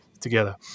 together